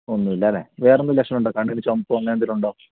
ഒന്നുമില്ല അല്ലെ വേറെയെന്തെങ്കിലും ലക്ഷണമുണ്ടോ കണ്ണിൽ ചുവപ്പോ അങ്ങനെയെന്തെങ്കിലും ഉണ്ടോ